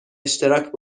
اشتراک